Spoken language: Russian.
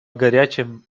горячим